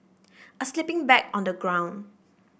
a sleeping bag on the ground